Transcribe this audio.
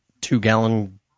two-gallon